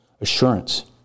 assurance